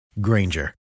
Granger